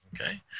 Okay